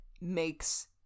makes